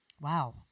wow